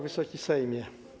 Wysoki Sejmie!